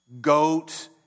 goat